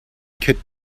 could